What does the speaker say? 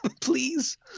please